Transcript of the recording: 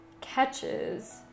catches